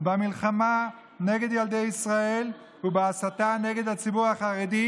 במלחמה נגד ילדי ישראל ובהסתה נגד הציבור החרדי,